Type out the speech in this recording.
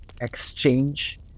exchange